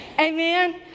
Amen